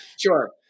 Sure